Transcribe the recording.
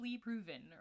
proven